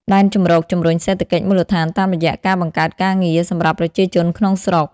ដែនជម្រកជំរុញសេដ្ឋកិច្ចមូលដ្ឋានតាមរយៈការបង្កើតការងារ សម្រាប់ប្រជាជនក្នុងស្រុក។